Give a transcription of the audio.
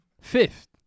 Fifth